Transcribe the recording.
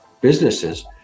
businesses